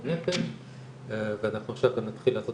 מערך בריאות הנפש ואנחנו עכשיו גם נתחיל לעשות